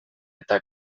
eta